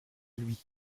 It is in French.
lui